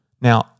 Now